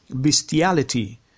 bestiality